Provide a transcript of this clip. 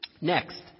Next